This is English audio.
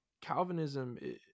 Calvinism